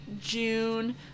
June